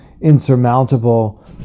insurmountable